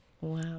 Wow